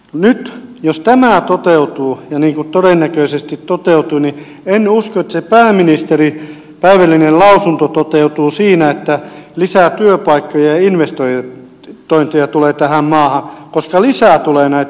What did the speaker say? nyt jos tämä toteutuu ja niin kuin todennäköisesti toteutuu niin en usko että toteutuu se pääministerin päivällinen lausunto että lisää työpaikkoja ja investointeja tulee tähän maahan koska lisää tulee näitä lomia